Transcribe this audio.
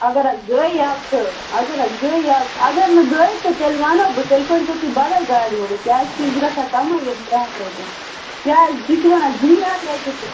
اگر حظ گٔے یَلہٕ تہٕ اگر حظ گٔے یَلہٕ اگر نہٕ گٔے تہٕ تیٚلہِ وَنہو بہٕ تیٚلہِ کٔرۍزیٚو تُہۍ بَدَل گاڑِ وولے کیٛازکہِ یہِ گژھان کَمے یِم ترٛےٚ ہتھ رۄپیہِ کیٛازِ تُہۍ چھُو ونان زٕے ہَتھ رۄپیہِ تہٕ